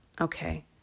Okay